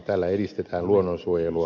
tällä edistetään luonnonsuojelua